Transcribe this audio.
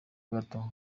gato